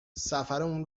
سفرمون